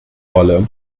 wolle